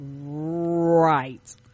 right